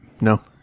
No